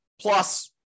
plus